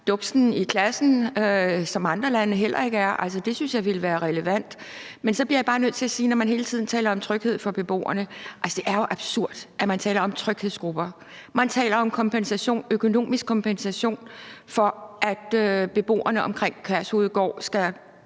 duksen i klassen, som andre lande heller ikke er. Men så bliver jeg bare nødt til, når man hele tiden taler om tryghed for beboerne, at sige, at det jo er absurd, at man taler om tryghedsgrupper, og at man taler om økonomisk kompensation for, at beboerne omkring Kærshovedgård skal